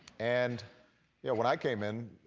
and yeah when i came in,